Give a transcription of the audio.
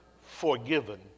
forgiven